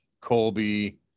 Colby